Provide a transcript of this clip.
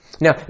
Now